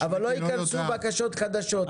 אבל לא ייכנסו בקשות חדשות.